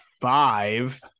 five –